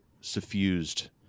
suffused